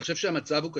אני חושב שהמצב הוא קשה,